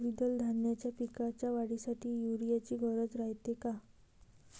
द्विदल धान्याच्या पिकाच्या वाढीसाठी यूरिया ची गरज रायते का?